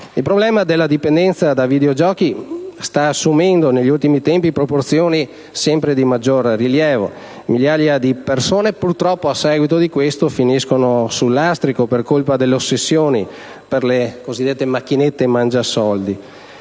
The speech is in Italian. Il problema della dipendenza da videogiochi sta assumendo negli ultimi tempi proporzioni sempre di maggior rilievo, e purtroppo, a seguito di questo, migliaia di persone finiscono sul lastrico per colpa dell'ossessione per le cosiddette macchinette mangiasoldi.